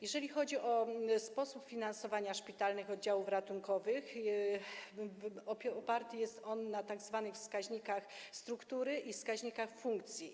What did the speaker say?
Jeżeli chodzi o sposób finansowania szpitalnych oddziałów ratunkowych, oparty jest on na tzw. wskaźnikach struktury i wskaźnikach funkcji.